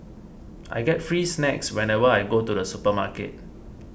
I get free snacks whenever I go to the supermarket